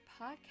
podcast